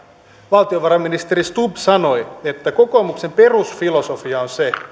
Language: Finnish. valtiovarainministeri stubb sanoi että kokoomuksen perusfilosofia on se